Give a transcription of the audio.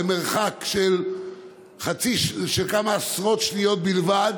במרחק של כמה עשרות שניות בלבד,